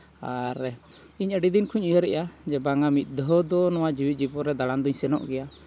ᱟᱨ ᱤᱧ ᱟᱹᱰᱤ ᱫᱤᱱ ᱠᱷᱚᱱ ᱤᱧ ᱩᱭᱦᱟᱹᱨᱮᱜᱼᱟ ᱡᱮ ᱵᱟᱝᱟ ᱢᱤᱫ ᱫᱷᱟᱣ ᱫᱚ ᱱᱚᱣᱟ ᱡᱤᱣᱮᱫ ᱡᱤᱵᱚᱱ ᱨᱮ ᱫᱟᱬᱟᱱ ᱫᱩᱧ ᱥᱮᱱᱚᱜ ᱜᱮᱭᱟ